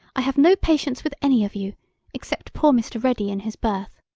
i have no patience with any of you except poor mr. ready in his berth.